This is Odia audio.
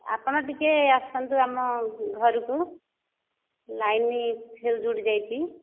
ଆପଣ ଟିକିଏ ଆସନ୍ତୁ ଆମ ଘରକୁ ଲାଇନ ଫ୍ୟୁଜ୍ ଉଡି ଯାଇଛି